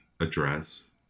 address